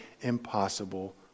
impossible